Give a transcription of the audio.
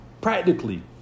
practically